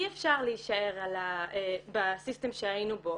אי אפשר להישאר בסיסטם שהיינו בו.